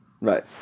Right